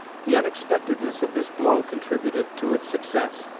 the unexpectedness of this blow contributed to its success,